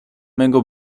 mego